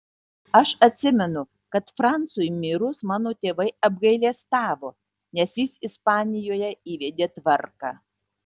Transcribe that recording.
aš atsimenu kad francui mirus mano tėvai apgailestavo nes jis ispanijoje įvedė tvarką